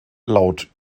laut